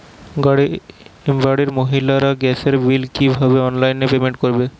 বাড়ির মহিলারা গ্যাসের বিল কি ভাবে অনলাইন পেমেন্ট করবে?